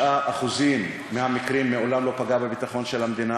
ב-99% מהמקרים מעולם לא פגע בביטחון של המדינה.